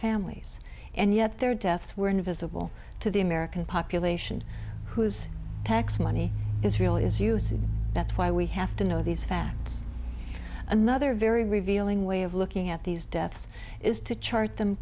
families and yet their deaths were invisible to the american population whose tax money israel is using that's why we have to know these facts another very revealing way of looking at these deaths is to chart them